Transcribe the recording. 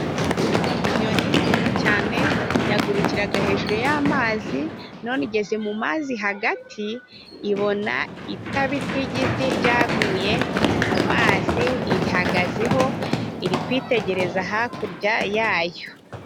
Inyoni nziza cyane yagukiraga hejuru y'amazi, none igeze mu mazi hagati ibona itabi ry'igiti ryaguye mu mazi, irihagazeho iri kwitegereza hakurya yayo.